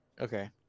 Okay